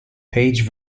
page